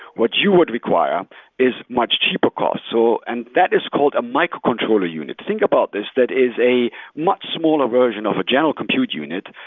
what you would require is much cheaper cost, so and that is called a microcontroller unit. think about this, that is a much smaller version of a general compute unit,